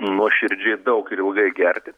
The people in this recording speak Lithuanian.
nuoširdžiai daug ir ilgai gerti